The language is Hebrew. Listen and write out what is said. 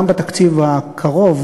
גם בתקציב הקרוב